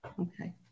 Okay